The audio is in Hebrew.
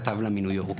כתב לה מניו-יורק,